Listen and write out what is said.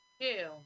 two